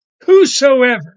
whosoever